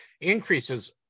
increases